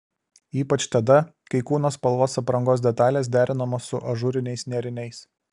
ypač tada kai kūno spalvos aprangos detalės derinamos su ažūriniais nėriniais